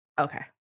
Okay